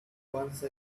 once